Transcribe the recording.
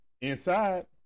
inside